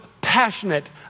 passionate